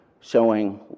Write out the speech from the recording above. showing